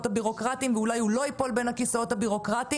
הבירוקרטיים ואולי הוא לא ייפול בין הכיסאות הבירוקרטיים.